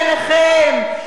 בעיניכם,